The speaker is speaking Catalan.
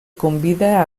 convida